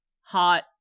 hot